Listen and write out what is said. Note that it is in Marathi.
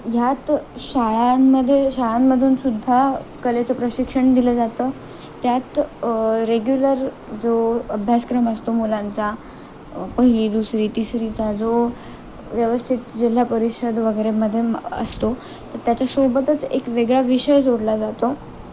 ह्यात शाळांमध्ये शाळांमधूनसुद्धा कलेचं प्रशिक्षण दिलं जातं त्यात रेग्युलर जो अभ्यासक्रम असतो मुलांचा पहिली दुसरी तिसरीचा जो व्यवस्थित जिल्हा परिषद वगैरेमध्ये असतो तर त्याच्यासोबतच एक वेगळा विषय जोडला जातो